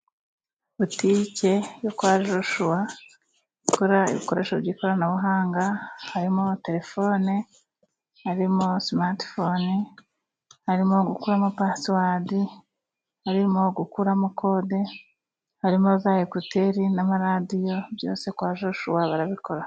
Butike yo kwa joshua ikora ibikoresho by'ikoranabuhanga harimo telefone, harimo simate fone, harimo gukuramo, pasiwade harimo gukuramo kode, harimo za ekuteri n'amaradiyo byose kwa joshua barabikora.